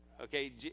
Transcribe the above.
okay